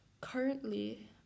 Currently